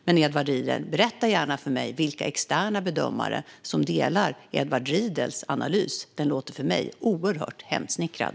Men, Edward Riedl, berätta gärna för mig vilka externa bedömare som delar din analys. Den låter oerhört hemsnickrad.